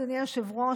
אדוני היושב-ראש,